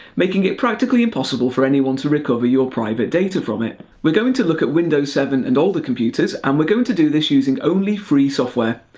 making it practically impossible for anyone to recover your private data from it. we're going to look at windows seven and older computers, and we're going to do this using only free software.